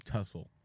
Tussle